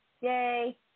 Yay